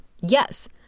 Yes